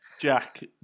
Jack